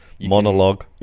monologue